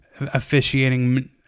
officiating